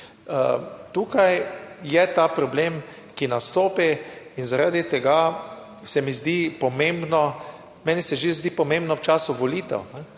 Tukaj je ta problem, ki nastopi in zaradi tega se mi zdi pomembno, meni se že zdi pomembno v času volitev,